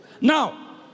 Now